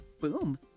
boom